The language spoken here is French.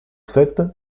sept